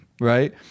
right